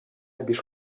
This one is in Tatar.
биш